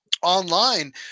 online